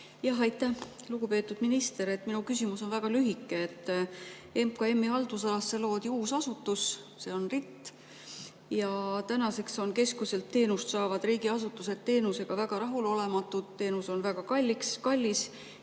Jah, aitäh! Lugupeetud minister, minu küsimus on väga lühike. MKM-i haldusalas loodi uus asutus, see on RIT. Ja tänaseks on keskuselt teenust saavad riigiasutused teenusega väga rahulolematud, teenus on väga kallis